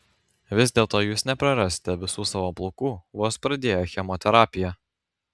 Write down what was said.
vis dėlto jūs neprarasite visų savo plaukų vos pradėję chemoterapiją